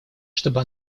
чтобы